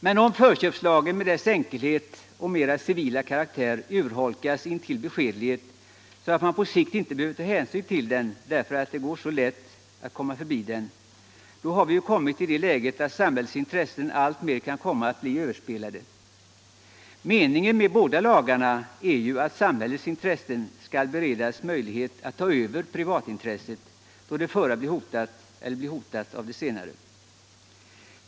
Men om förköpslagen med dess enkelhet och mer civila karaktär urholkas intill beskedlighet, så att man på sikt inte behöver ta hänsyn till den, därför att det så lätt går att komma förbi den, då har vi kommit i det läget att samhällets intressen alltmer kan komma att överspelas. Meningen med båda lagarna är att samhällets intressen skall beredas möjlighet att ta över privatintresset, då det förra blir hotat av det senare.